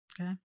Okay